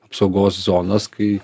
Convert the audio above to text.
apsaugos zonas kai